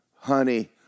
Honey